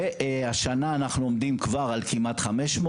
והשנה אנחנו עומדים כבר על כמעט 500,